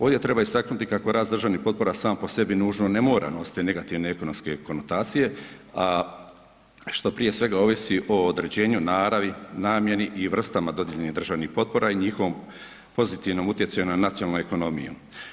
Ovdje treba istaknuti kako rast državnih potpora samo po sebi nužno ne mora nositi negativne ekonomske konotacije a što prije svega odnosi o određenju naravi, namjeni i vrstama dodijeljenih državnih potpora i njihovom pozitivnom utjecaju na nacionalnu ekonomiju.